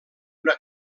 una